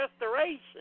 restoration